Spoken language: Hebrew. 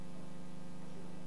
הכנסת.